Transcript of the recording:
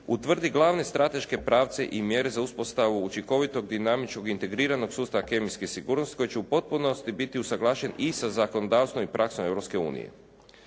utvrdi glavne strateške pravce i mjere za uspostavu učinkovitog dinamičkog integriranog sustava kemijske sigurnosti koji će u potpunosti biti usuglašen i sa zakonodavstvom i praksom